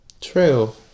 True